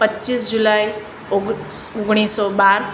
પચીસ જુલાઈ ઓગણી ઓગણીસો બાર